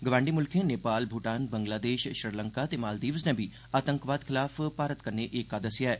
गवांडी म्ल्खें नेपाल भूटान बंग्लादेष श्रीलंका ते मालदीव्स नै बी आतंकवाद खलाफ भारत कननै ऐक्का दस्सेआ ऐ